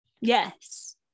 Yes